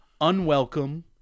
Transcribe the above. unwelcome